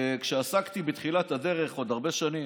כשעסקתי בתחילת הדרך, לפני הרבה שנים,